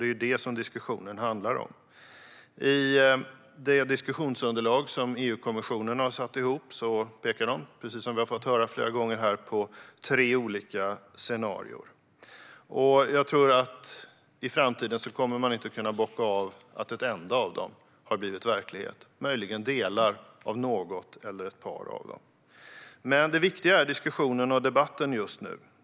Det är detta diskussionen handlar om. I det diskussionsunderlag som EU-kommissionen har satt ihop pekar man, precis som vi har fått höra här flera gånger, på tre olika scenarier. Jag tror inte att man i framtiden kommer att kunna bocka av att ett enda av dem har blivit verklighet, möjligen delar av något eller ett par av dem. Det viktigaste är diskussionen och debatten just nu.